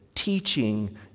teaching